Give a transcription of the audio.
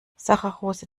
saccharose